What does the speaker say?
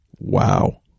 Wow